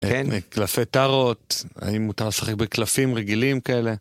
קלפי טארוט. האם מותר לשחק בקלפים רגילים כאלה?